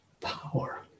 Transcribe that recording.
power